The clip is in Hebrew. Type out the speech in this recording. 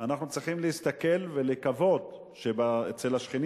אנחנו צריכים להסתכל ולקוות שאצל השכנים